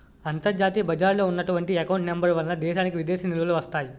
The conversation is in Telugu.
అంతర్జాతీయ బజారులో ఉన్నటువంటి ఎకౌంట్ నెంబర్ వలన దేశానికి విదేశీ నిలువలు వస్తాయి